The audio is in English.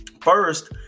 First